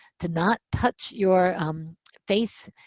to not touch your face,